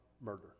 murder